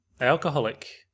Alcoholic